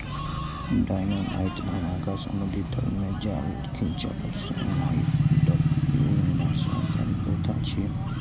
dynamite धमाका, समुद्री तल मे जाल खींचब, साइनाइडक प्रयोग विनाशकारी प्रथा छियै